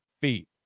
feet